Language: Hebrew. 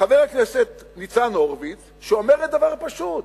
חבר הכנסת ניצן הורוביץ שאומרת דבר פשוט: